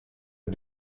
est